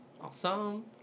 Awesome